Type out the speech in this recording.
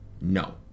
No